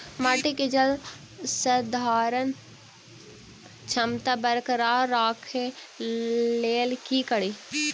माटि केँ जलसंधारण क्षमता बरकरार राखै लेल की कड़ी?